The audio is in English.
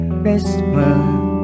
Christmas